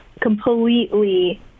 Completely